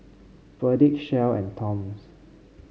Perdix Shell and Toms